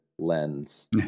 lens